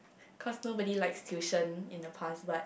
cause nobody likes tuition in the past but